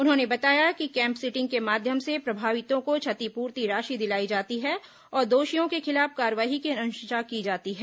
उन्होंने बताया कि कैम्प सीटिंग के माध्यम से प्रभावितों को क्षतिपूर्ति राशि दिलाई जाती है और दोषियों के खिलाफ कार्यवाही की अनुशंसा की जाती है